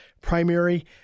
primary